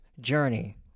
journey